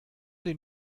den